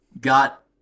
got